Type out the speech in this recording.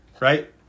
right